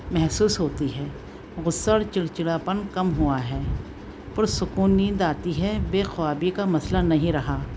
محسوس ہوتی ہے غصہ اور چڑچڑاپن کم ہوا ہے پرسکون نیند آتی ہے بے خوابی کا مسئلہ نہیں رہا